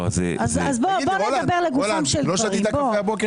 בוא נדבר לגופם של דברים.